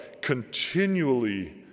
continually